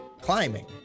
climbing